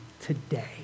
today